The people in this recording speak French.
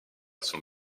selon